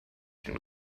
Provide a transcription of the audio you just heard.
den